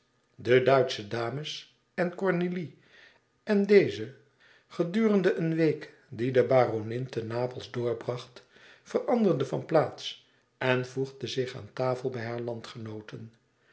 de duitsche dames en cornélie en deze gedurende een week die de baronin te napels doorbracht veranderde van plaats en voegde zich aan tafel bij hare landgenooten